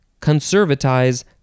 Conservatize